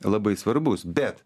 labai svarbus bet